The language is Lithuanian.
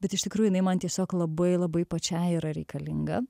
bet iš tikrųjų jinai man tiesiog labai labai pačiai yra reikalinga